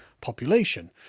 population